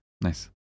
Nice